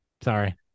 sorry